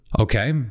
Okay